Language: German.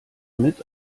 mit